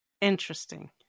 Interesting